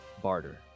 barter